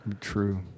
True